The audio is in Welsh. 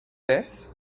beth